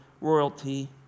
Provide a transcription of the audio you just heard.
royalty